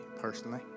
personally